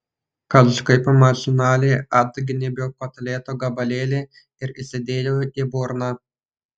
kažkaip mašinaliai atgnybiau kotleto gabalėlį ir įsidėjau į burną